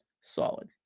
Solid